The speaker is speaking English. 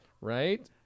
right